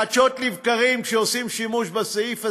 חדשות לבקרים כשעושים שימוש בסעיף הזה,